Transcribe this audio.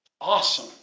Awesome